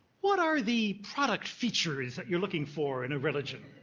what are the product features that you're looking for in a religion?